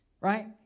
right